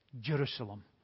Jerusalem